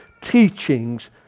teachings